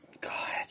God